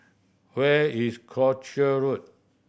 where is Croucher Road